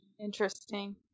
Interesting